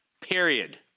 period